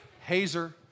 Hazer